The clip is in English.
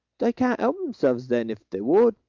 they can't help themselves then, if they would.